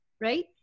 right